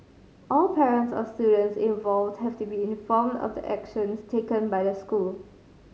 all parents of students involved have been informed of the actions taken by the school